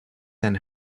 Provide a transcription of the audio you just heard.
and